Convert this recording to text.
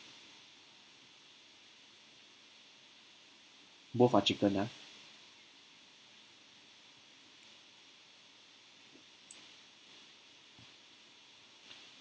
both are chicken ah